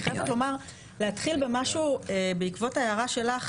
אני חייבת להתחיל במשהו בעקבות ההערה שלך,